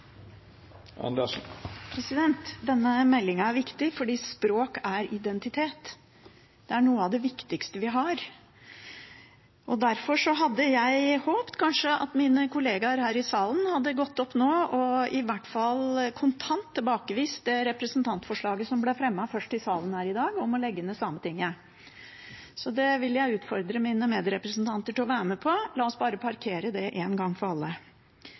Denne meldingen er viktig fordi språk er identitet. Det er noe av det viktigste vi har, og derfor hadde jeg håpet at mine kollegaer her i salen kanskje nå hadde gått opp og i hvert fall kontant tilbakevist det representantforslaget som ble fremmet først i salen her i dag, om å legge ned Sametinget. Det vil jeg utfordre mine medrepresentanter til å være med på. La oss bare parkere det en gang for alle.